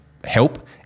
help